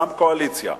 גם קואליציה,